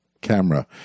camera